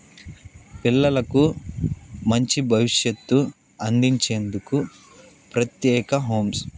పిల్లలకు మంచి భవిష్యత్తు అందించేందుకు ప్రత్యేక హోమ్స్